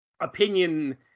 opinion